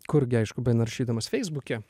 kur gi aišku benaršydamas feisbuke